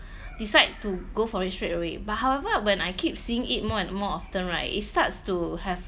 decide to go for it straight away but however when I keep seeing it more and more often right it starts to have